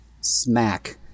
smack